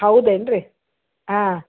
ಹೌದೇನು ರೀ ಆಂ